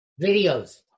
Videos